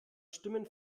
stimmen